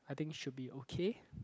I think should be okay